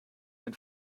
den